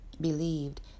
believed